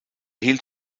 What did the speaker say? hielt